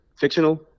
fictional